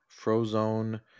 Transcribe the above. frozone